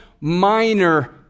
minor